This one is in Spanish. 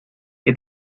que